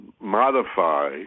modify